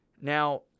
Now